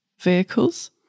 vehicles